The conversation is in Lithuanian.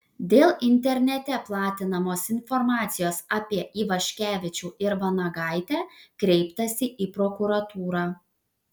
dėl internete platinamos informacijos apie ivaškevičių ir vanagaitę kreiptasi į prokuratūrą